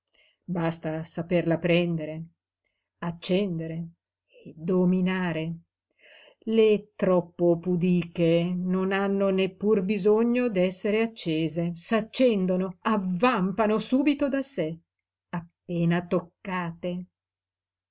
basta saperla prendere accendere e dominare le troppo pudiche non hanno neppur bisogno d'essere accese s'accendono avvampano subito da sé appena toccate